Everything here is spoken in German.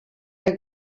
der